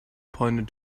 pointed